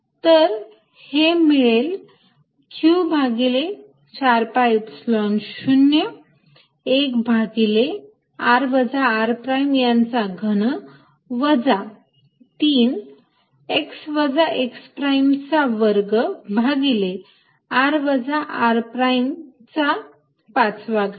तर हे मिळेल q भागिले 4 pi Epsilon 0 1 भागिले r वजा r प्राईम चा घन वजा 3x वजा x प्राईम चा वर्ग भागिले r वजा r प्राईम चा 5 वा घात